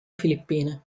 filippine